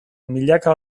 milaka